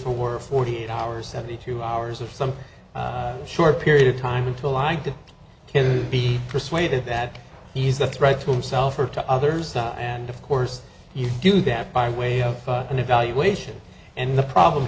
for word forty eight hours seventy two hours of some short period of time until i get to be persuaded that he's a threat to himself or to others and of course you do that by way of an evaluation and the problem